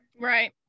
Right